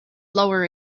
lower